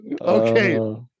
okay